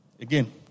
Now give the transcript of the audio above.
Again